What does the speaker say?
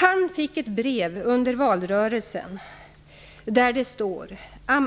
Han fick ett brev under valrörelsen där det står: